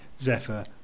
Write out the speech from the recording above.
Zephyr